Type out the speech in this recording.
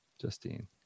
Justine